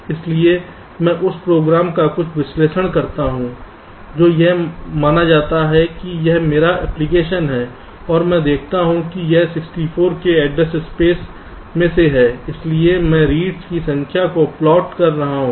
इसलिए मैं उस प्रोग्राम का कुछ विश्लेषण करता हूं जो यह माना जाता है कि यह मेरा एप्लिकेशन है और मैं देखता हूं कि यह 64 k एड्रेस स्पेस में से है इसलिए मैं रीड्स की संख्या को प्लॉट कर रहा हूं